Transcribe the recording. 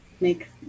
make